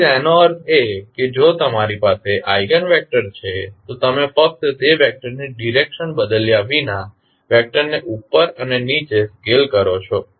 તેથી તેનો અર્થ એ કે જો તમારી પાસે આઇગન વેક્ટર છે તો તમે ફક્ત તે વેક્ટરની ડીરેક્શન બદલ્યા વિના વેક્ટરને ઉપર અને નીચે સ્કેલ કરો છો